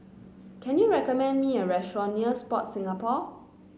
can you recommend me a restaurant near Sport Singapore